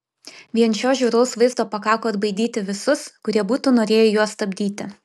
vien šio žiauraus vaizdo pakako atbaidyti visus kurie būtų norėję juos stabdyti